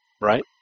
right